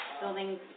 building